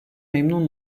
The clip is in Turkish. memnun